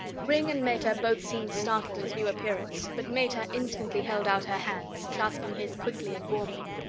ringg and meta both seemed startled at his new appearance, but meta instantly held out her hands, clasping his quickly and warmly.